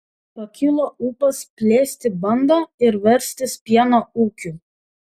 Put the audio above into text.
pakilo ūpas plėsti bandą ir verstis pieno ūkiu